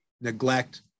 neglect